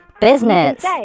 Business